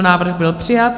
Návrh byl přijat.